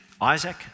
Isaac